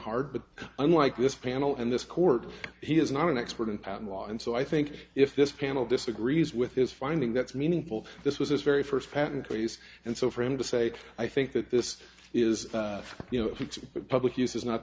hard but unlike this panel and this court he is not an expert in patent law and so i think if this panel disagrees with his finding that's meaningful this was his very first patent case and so for him to say i think that this is you know public use is not